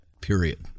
period